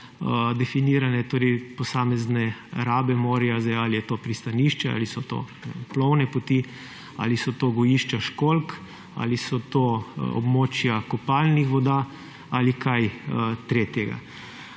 definirane posamezne rabe morja: ali je to pristanišče, ali so to plovne poti, ali so to gojišča školjk, ali so to območja kopalnih voda ali kaj tretjega.